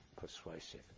persuasive